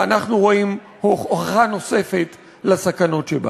ואנחנו רואים הוכחה נוספת לסכנות שבה.